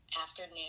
afternoon